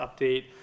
update